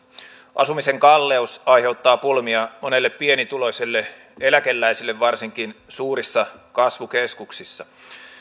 asumisen kalleus aiheuttaa pulmia monelle pienituloiselle eläkeläiselle varsinkin suurissa kasvukeskuksissa